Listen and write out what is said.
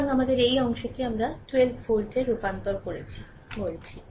সুতরাং আমাদের এই অংশটি আমরা 12 ভোল্টে রূপান্তর করেছি বলেছি